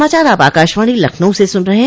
यह समाचार आप आकाशवाणी लखनऊ से सुन रहे हैं